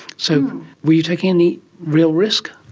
so were you taking any real risk?